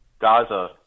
Gaza